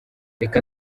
reka